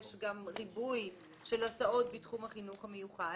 יש גם ריבוי של הסעות בתחום החינוך המיוחד